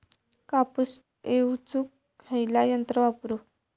कापूस येचुक खयला यंत्र वापरू?